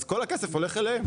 אז כל הכסף הולך אליהם.